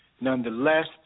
Nonetheless